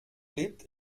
lebt